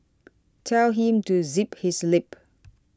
tell him to zip his lip